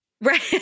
Right